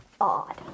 Odd